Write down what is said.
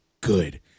good